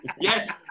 Yes